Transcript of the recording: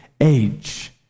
age